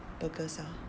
burgers ah